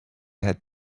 had